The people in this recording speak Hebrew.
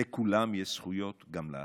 ולכולם יש זכויות, גם לך,